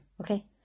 okay